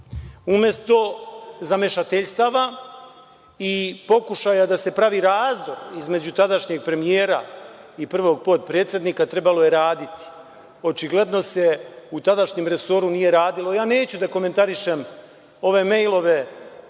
Umesto zamešateljstava i pokušaja da se pravi razdor između tadašnjeg premijera i prvog potpredsednika trebalo je raditi. Očigledno se u tadašnjem resoru nije radilo. Neću da komentarišem ove mejlove